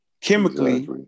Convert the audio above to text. Chemically